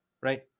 right